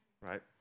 right